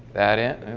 at it